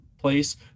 place